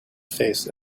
face